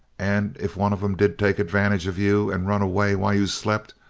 and if one of them did take advantage of you and run away while you slept,